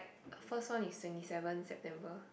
first one is twenty seven September